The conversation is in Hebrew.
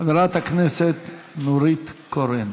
חברת הכנסת נורית קורן.